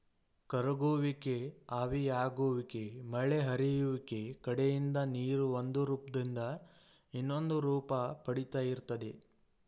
ಕರಗುವಿಕೆ ಆವಿಯಾಗುವಿಕೆ ಮಳೆ ಹರಿಯುವಿಕೆ ಕಡೆಯಿಂದ ನೀರು ಒಂದುರೂಪ್ದಿಂದ ಇನ್ನೊಂದುರೂಪ ಪಡಿತಾ ಇರ್ತದೆ